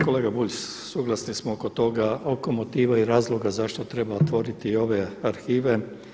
Kolega Bulj, suglasni smo oko toga, oko motiva i razloga zašto treba otvoriti i ove arhive.